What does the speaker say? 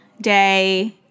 day